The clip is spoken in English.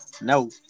no